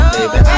Baby